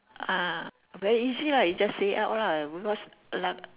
ah very easy lah you just say out lah what's luck